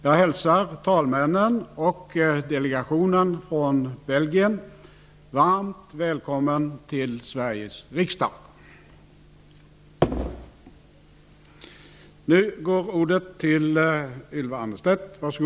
Jag hälsar talmännen och delegationen från Belgien varmt välkomna till Sveriges riksdag.